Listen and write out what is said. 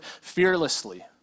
fearlessly